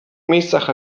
miejscach